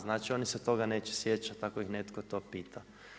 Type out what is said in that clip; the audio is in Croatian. Znači oni se toga neće sjećati ako ih netko to pita.